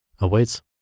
awaits